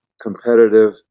competitive